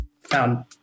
found